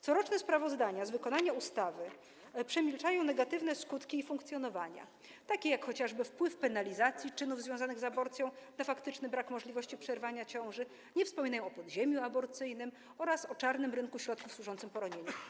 Coroczne sprawozdania z wykonania ustawy przemilczają negatywne skutki jej funkcjonowania, takie jak chociażby wpływ penalizacji czynów związanych z aborcją na faktyczny brak możliwości przerwania ciąży, nie wspominają o podziemiu aborcyjnym oraz o czarnym rynku środków służących poronieniu.